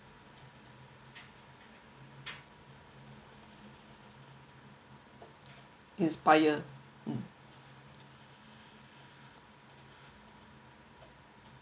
inspire mm